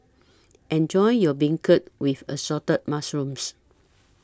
Enjoy your Beancurd with Assorted Mushrooms